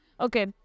Okay